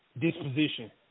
disposition